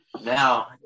Now